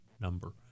number